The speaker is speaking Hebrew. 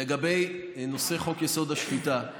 לגבי נושא חוק-יסוד: השפיטה,